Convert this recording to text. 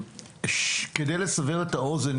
כדי לסבר את האוזן,